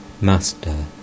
Master